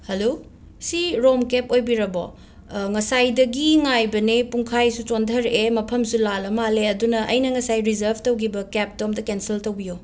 hello ꯁꯤ room ꯀꯦꯞ ꯑꯣꯏꯕꯤꯔꯕꯣ ꯉꯁꯥꯏꯗꯒꯤ ꯉꯥꯏꯕꯅꯦ ꯄꯨꯡꯈꯥꯏꯁꯨ ꯆꯣꯟꯊꯔꯑꯦ ꯃꯐꯝꯁꯨ ꯂꯥꯜꯂ ꯃꯥꯜꯂꯦ ꯑꯗꯨꯅ ꯑꯩꯅ ꯉꯁꯥꯏ ꯔꯤꯖꯔꯐ ꯇꯧꯒꯤꯕ ꯀꯦꯞꯇꯣ ꯑꯝꯇ ꯀꯦꯟꯁꯜ ꯇꯧꯕꯤꯌꯣ